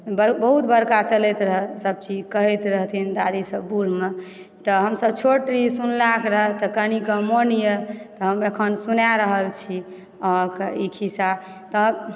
बहुत बड़का चलैत रहए सब चीज कहैत रहथिन दादी सब बुढ़मे तऽ हमसब छोट रहिए सुनलाके रहए तऽ कनिक मन यऽ तऽ हम अखन सुनाए रहल छी अहाँके इ खिस्सा तऽ